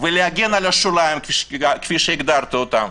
ולהגן על השוליים, כפי שהגדרת אותם,